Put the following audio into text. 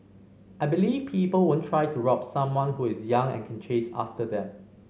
I believe people won't try to rob someone who is young and can chase after them